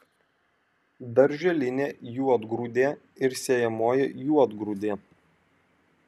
darželinė juodgrūdė ir sėjamoji juodgrūdė